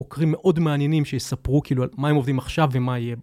חוקרים מאוד מעניינים שיספרו כאילו על מה הם עובדים עכשיו ומה יהיה.